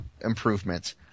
improvements